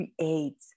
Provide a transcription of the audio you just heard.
create